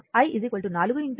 వద్ద i4 3